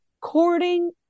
courting